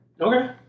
Okay